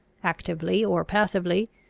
actively or passively,